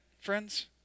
friends